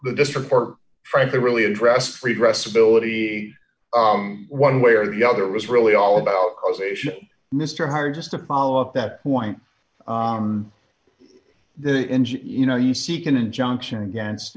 the district court frankly really addressed redress ability one way or the other was really all about causation mr howard just to follow up that point the engine you know you seek an injunction against